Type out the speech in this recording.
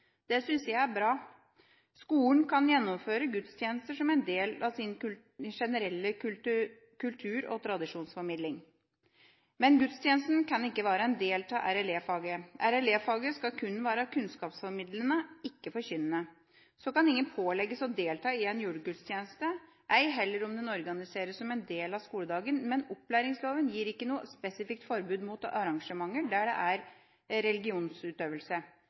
Det synes jeg er bra. Skolen kan gjennomføre gudstjenester som en del av sin generelle kultur- og tradisjonsformidling. Men gudstjenesten kan ikke være en del av RLE-faget. RLE-faget skal kun være kunnskapsformidlende – ikke forkynnende. Ingen kan pålegges å delta i en julegudstjeneste – ei heller om den organiseres som en del av skoledagen – men opplæringsloven gir ikke noe spesifikt forbud mot arrangementer der det er religionsutøvelse.